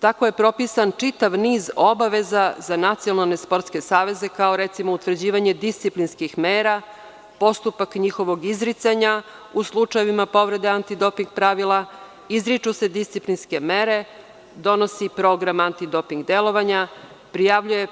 Tako je propisan čitav niz obaveza za nacionalne sportske saveze, kao recimo utvrđivanje disciplinskih mera, postupak njihovog izricanja, u slučajevima povrede antidoping pravila izriču se disciplinske mere, donosi program antidoping delovanja, prijavljuje